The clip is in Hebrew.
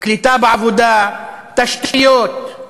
קליטה בעבודה, תשתיות,